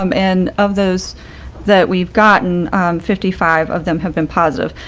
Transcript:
um and of those that we've gotten fifty five of them have been positive.